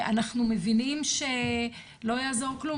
אנחנו מבינים שלא יעזור כלום,